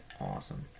awesome